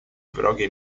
wrogie